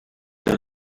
that